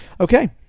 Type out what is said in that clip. Okay